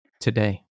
today